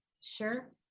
sure